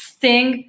Sting